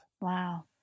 Wow